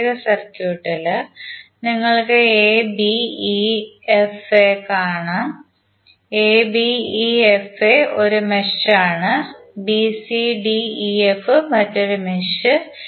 പ്രത്യേക സർക്യൂട്ടിൽ നിങ്ങൾ abefa കാണും abefa 1 മെഷ് ആണ് bcdef മറ്റൊരു മെഷ്